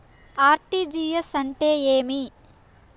RTGS అంటే ఏమి?